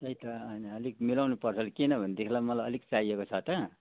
त्यही त होइन अलिक मिलाउनु पर्छ किनभनेदेखिलाई मलाई अलिक चाहिएको छ त